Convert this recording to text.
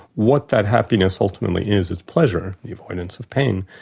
what that happiness ultimately is, is pleasure, the avoidance of pain.